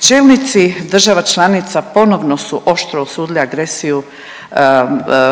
Čelnici država članica ponovno su oštro osudili agresiju